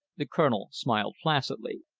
the colonel smiled placidly.